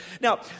Now